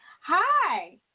hi